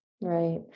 Right